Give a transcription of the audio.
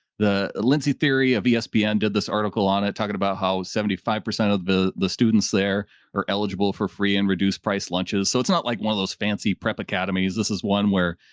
the lindsay theory of yeah espn did this article on it, talking about how seventy five percent of the the students there are eligible for free and reduced price lunches. so it's not like one of those fancy prep academies. this is one where,